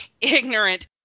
ignorant